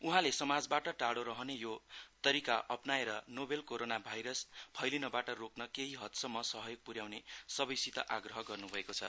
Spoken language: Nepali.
उहाँले समाजबाट टाडो रहने यो तरिका अपनाएर नोभेल कोरोना भाइरस फैलिनबाट रोक्न केहि हदसम्म सहयोग प्र्याउने सबैसित आग्रह गर्न् भएको छ